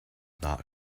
not